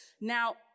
Now